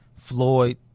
Floyd